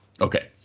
Okay